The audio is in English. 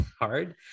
hard